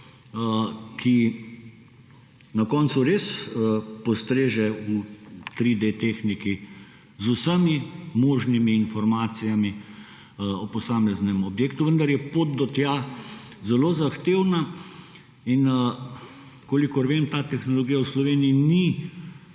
ki na koncu res postreže v 3D tehniki z vsemi možnimi informacijami o posameznem objektu, vendar je pot do tja zelo zahtevna. Kolikor vem, ta tehnologija v Sloveniji še